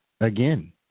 again